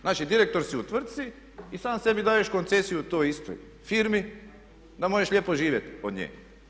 Znači direktor si u tvrtci i sam sebi daješ koncesiju u toj istoj firmi da možeš lijepo živjeti od nje.